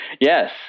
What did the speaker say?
Yes